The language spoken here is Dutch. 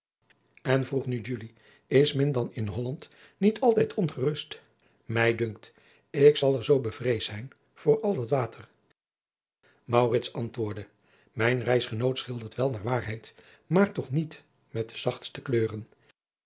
en vroeg nu julie is men dan in holland niet altijd ongerust mij dunkt ik zal er zoo bevreesd zijn voor al dat water maurits antwoordde mijn reisgenoot schildert wel naar waarheid maar toch niet met de zachtste kleuren